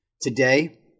Today